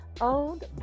owned